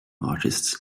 artists